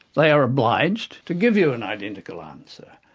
they are obliged to give you an identical answer.